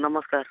ନମସ୍କାର